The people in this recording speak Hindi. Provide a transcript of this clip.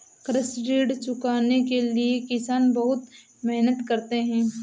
कृषि ऋण चुकता करने के लिए किसान बहुत मेहनत करते हैं